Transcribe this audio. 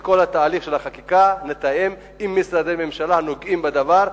את כל תהליך החקיקה נתאם עם משרדי הממשלה הנוגעים בדבר,